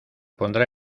pondrá